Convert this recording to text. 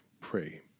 pray